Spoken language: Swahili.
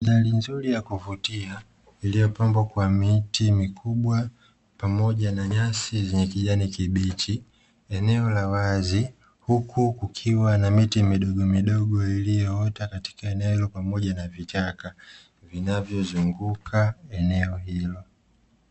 Dari nzuri ya kuvutia, iliyopambwa kwa miti mikubwa, pamoja na nyasi yenye kijani kibichi, eneo la wazi, huku kukiwa na miti midogomidogo iliyoota katika eneo hilo pamoja na vichaka, vinavyozunguka eneo hilo.